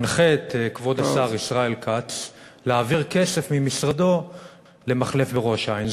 מנחה את כבוד השר ישראל כץ להעביר כסף ממשרדו למחלף בראש-העין.